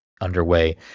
underway